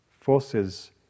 forces